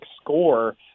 score